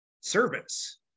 service